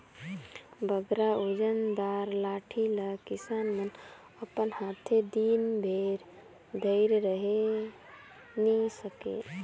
बगरा ओजन दार लाठी ल किसान मन अपन हाथे दिन भेर धइर रहें नी सके